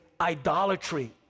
idolatry